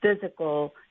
physical